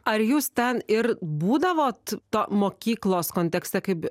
ar jūs ten ir būdavot tą mokyklos kontekstą kaip